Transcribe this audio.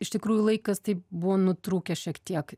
iš tikrųjų laikas taip buvo nutrūkęs šiek tiek